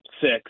six